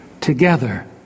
Together